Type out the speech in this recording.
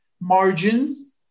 margins